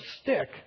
stick